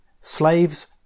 slaves